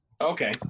Okay